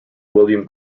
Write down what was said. william